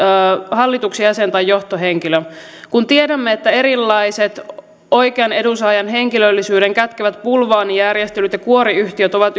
hallituksen jäsen tai johtohenkilö kun tiedämme että erilaiset oikean edunsaajan henkilöllisyyden kätkevät bulvaanijärjestelyt ja kuoriyhtiöt ovat